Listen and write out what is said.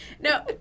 no